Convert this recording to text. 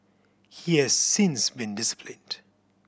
he has since been disciplined